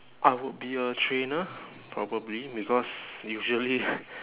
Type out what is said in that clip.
I would be a trainer probably because usually